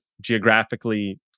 geographically